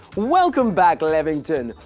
welcome back, levington.